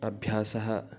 अभ्यासः